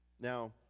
Now